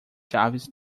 chaves